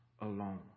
alone